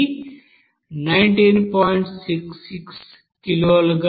66 కిలోలుగా వస్తుంది